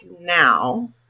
now